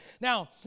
Now